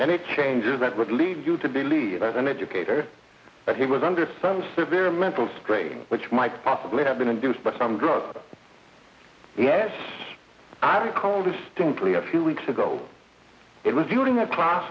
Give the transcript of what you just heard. any changes that would lead you to believe as an educator that he was under some severe mental strain which might possibly have been induced by some drugs yes i recall distinctly a few weeks ago it was during that class